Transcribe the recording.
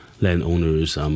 landowners